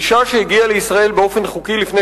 אשה שהגיעה לישראל באופן חוקי לפני